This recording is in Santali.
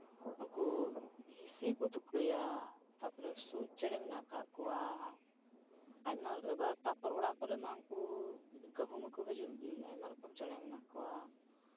ᱦᱤᱸᱥᱤ ᱠᱚ ᱛᱩᱠᱟᱹᱭᱟ ᱛᱟᱨᱯᱚᱨᱮ ᱥᱩᱪ ᱪᱮᱬᱮ ᱢᱮᱱᱟᱜ ᱠᱟᱜ ᱠᱚᱣᱟ ᱟᱭᱢᱟ ᱟᱵᱟᱨ ᱚᱲᱟᱜ ᱠᱚᱨᱮᱜ ᱢᱟ ᱩᱱᱠᱩ ᱠᱟᱹᱦᱩ ᱢᱟᱠᱚ ᱦᱤᱡᱩᱜ ᱜᱮ ᱟᱭᱢᱟ ᱨᱚᱠᱚᱢ ᱪᱮᱬᱮ ᱢᱮᱱᱟᱜ ᱠᱚᱣᱟ